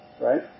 Right